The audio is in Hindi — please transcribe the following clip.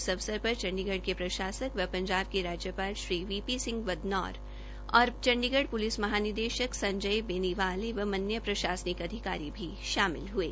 इस अवसर पर चंडीगढ़ के प्रशासक व पंजाब के राज्यपाल श्री वी पी सिंह बदनौर और चंडीगढ़ प्लिस महानिदेशक संजय बेनीवाल एवं अन्य प्रशासनिक अधिकारी भी शामिल हये